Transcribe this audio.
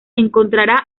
encontrará